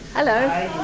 hello.